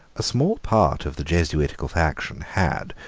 a small part of the jesuitical faction had,